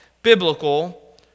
Biblical